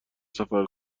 سفر